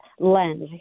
lens